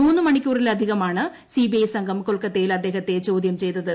മൂന്നു മണിക്കൂറിലധികമാണ് സിബിഐ സംഘം കൊൽക്കത്തയിൽ അദ്ദേഹത്തെ ചോദൃം ചെയ്തത്